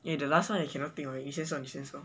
yeah the last one I cannot think of it 你先说你先说